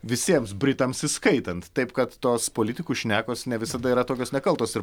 visiems britams įskaitant taip kad tos politikų šnekos ne visada yra tokios nekaltos ir